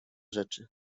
rzeczy